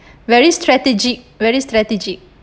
very strategic very strategic